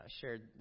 shared